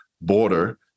border